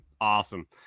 Awesome